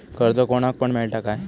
कर्ज कोणाक पण मेलता काय?